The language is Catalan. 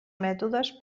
mètodes